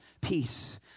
peace